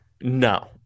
no